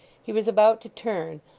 he was about to turn,